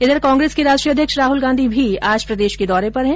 उधर कांग्रेस के राष्ट्रीय अध्यक्ष राहल गांधी भी आज प्रदेश के दौरे पर है